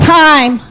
time